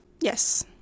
Yes